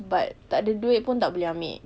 but tak ada duit pun tak boleh ambil